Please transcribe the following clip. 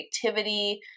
creativity